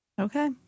Okay